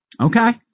Okay